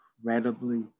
incredibly